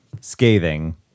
scathing